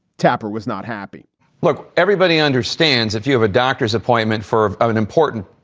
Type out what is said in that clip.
tapper was not happy look, everybody understands if you have a doctor's appointment for an important,